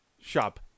Shop